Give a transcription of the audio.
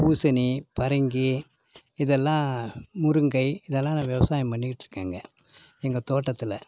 பூசணி பரங்கி இதெல்லாம் முருங்கை இதெல்லாம் நான் விவசாயம் பண்ணிக்கிட்டு இருக்கேங்க எங்கள் தோட்டத்தில்